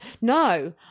No